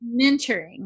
mentoring